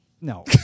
No